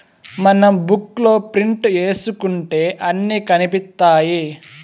మనం బుక్ లో ప్రింట్ ఏసుకుంటే అన్ని కనిపిత్తాయి